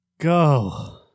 Go